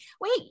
Wait